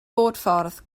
bodffordd